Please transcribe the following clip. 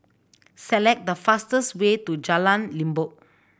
select the fastest way to Jalan Limbok